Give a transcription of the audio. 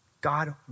God